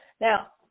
Now